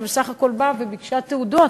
שבסך הכול באה וביקשה תעודות,